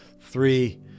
Three